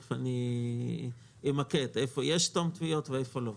תיכף אמקד איפה יש תום תביעות ואיפה לא.